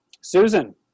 Susan